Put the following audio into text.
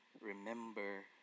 remember